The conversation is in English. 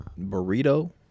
burrito –